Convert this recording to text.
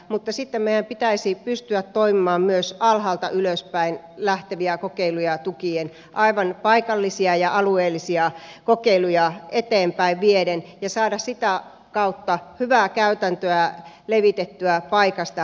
mutta sitten meidän pitäisi pystyä toimimaan myös alhaalta ylöspäin lähteviä kokeiluja tukien aivan paikallisia ja alueellisia kokeiluja eteenpäin vieden ja saamaan sitä kautta hyvää käytäntöä levitettyä paikasta toiseen